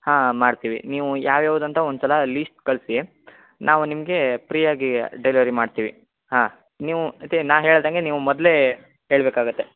ಹಾಂ ಮಾಡ್ತೀವಿ ನೀವು ಯಾವ ಯಾವ್ದು ಅಂತ ಒಂದ್ಸಲ ಲೀಸ್ಟ್ ಕಳಿಸಿ ನಾವು ನಿಮಗೆ ಪ್ರೀಯಾಗಿ ಡೆಲಿವರಿ ಮಾಡ್ತೀವಿ ಹಾಂ ನೀವು ತೆ ನಾ ಹೇಳ್ದ ಹಾಗೆ ನೀವು ಮೊದಲೇ ಹೇಳ್ಬೆಕಾಗುತ್ತೆ